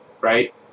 Right